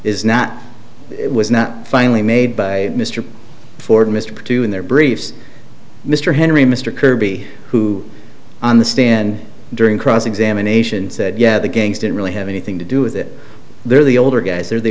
is not it was not finally made by mr ford mr two in their briefs mr henry mr kirby who on the stand during cross examination said yeah the gangs didn't really have anything to do with it they're the older guys are they